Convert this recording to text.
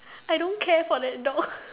I don't care for that dog